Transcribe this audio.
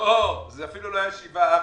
יש תכנית,